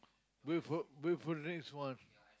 wait for wait for next one